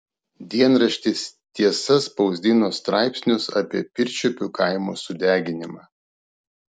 dienraštis tiesa spausdino straipsnius apie pirčiupių kaimo sudeginimą